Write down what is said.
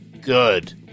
good